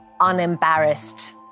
unembarrassed